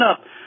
up